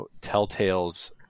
telltales